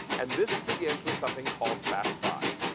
and this begins with something called fast five.